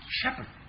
shepherd